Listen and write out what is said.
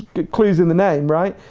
it clues in the name, right?